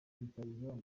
rutahizamu